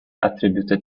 attributed